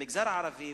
המגזר הערבי,